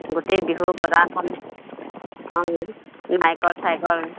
গোটেই বিহু বজাৰখন অঁ নাৰিকল চাৰিকল